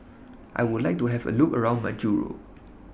I Would like to Have A Look around Majuro